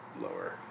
lower